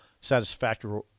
satisfactory